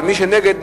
ומי שנגד,